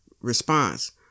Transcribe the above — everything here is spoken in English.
response